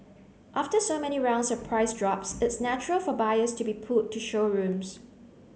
after so many rounds of price drops it's natural for buyers to be pulled to showrooms